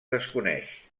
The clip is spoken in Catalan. desconeix